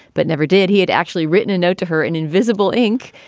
but never did. he had actually written a note to her in invisible ink,